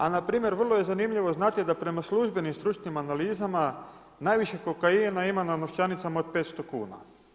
A npr. vrlo je zanimljivo, znate da prema službenim stručnim analizama, najviše kokaina ima na novčanicama od 500 kn.